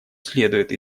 следует